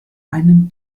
einem